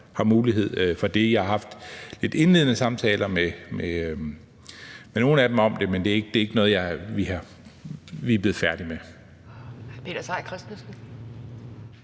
har mulighed for det. Jeg har haft nogle indledende samtaler med nogle af dem om det, men det er ikke noget, vi er blevet færdige med.